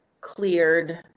cleared